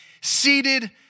seated